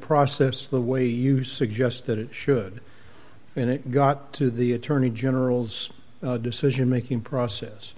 process the way you suggest that it should and it got to the attorney general's decision making process